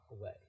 away